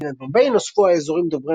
למדינת בומביי נוספו האזורים דוברי